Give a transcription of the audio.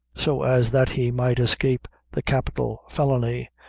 so as that he might escape the capital felony,